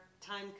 time